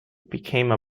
became